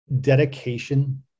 dedication